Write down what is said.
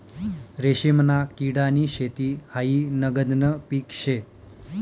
रेशीमना किडानी शेती हायी नगदनं पीक शे